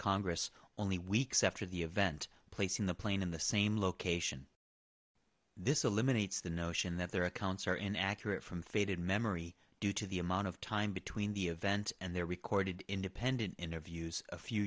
congress only weeks after the event placing the plane in the same location this eliminates the notion that their accounts are in accurate from faded memory due to the amount of time between the event and their recorded independent interviews a few